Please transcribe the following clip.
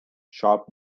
sharp